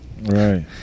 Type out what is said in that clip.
Right